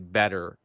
better